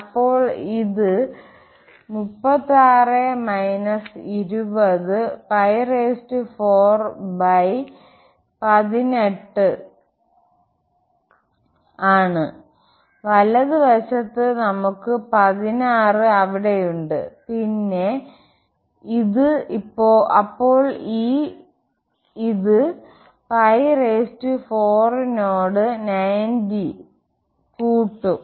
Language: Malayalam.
അപ്പോൾ ഇത് ആണ് വലത് വശത്തു നമുക്ക് 16 അവിടെയുണ്ട് പിന്നെ അപ്പോൾ ഈ 4 90 നോട് കൂട്ടും